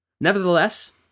Nevertheless